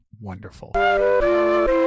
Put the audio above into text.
Wonderful